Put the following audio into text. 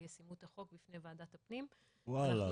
ישימות החוק בפני ועדת הפנים -- וואלה,